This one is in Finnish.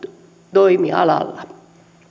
toimialalla